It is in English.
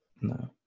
No